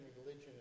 religion